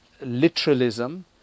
literalism